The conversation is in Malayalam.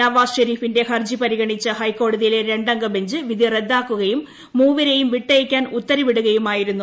നവാസ് ഷെരീഫിന്റെ ഹർജി പരിഗണിച്ച ഹൈക്കോടതിയിലെ രണ്ടംഗ ബഞ്ച് വിധി റദ്ദാക്കുകയും മൂവരേയും വിട്ടയക്കാൻ ഉത്തരവിടുകയുമായിരുന്നു